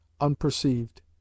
unperceived